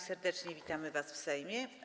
Serdecznie witamy was w Sejmie.